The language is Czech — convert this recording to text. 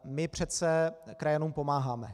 My přece krajanům pomáháme.